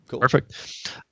Perfect